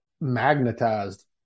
magnetized